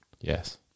Yes